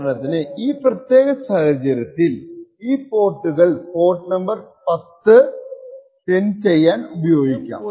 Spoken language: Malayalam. ഉദാഹരണത്തിന് ഈ പ്രത്യേക സാഹചര്യത്തിൽ ഈ പോർട്ടുകൾ പോർട്ട് നമ്പർ 10 സെൻഡ് ചെയ്യാൻ ഉപയോഗിക്കാം